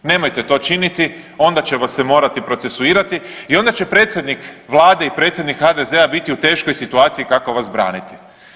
Nemojte to činiti onda će vas se morati procesuirati i onda će predsjednik Vlade i predsjednik HDZ-a biti u teškoj situaciji kako vas braniti.